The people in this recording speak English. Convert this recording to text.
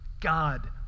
God